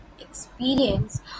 experience